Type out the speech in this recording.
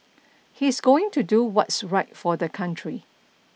he's going to do what's right for the country